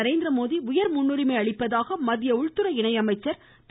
நரேந்திரமோடி உயர் முன்னுரிமை அளிப்பதாக மத்திய உள்துறை இணை அமைச்சர் திரு